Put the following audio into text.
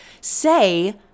say